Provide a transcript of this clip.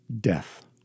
Death